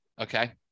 okay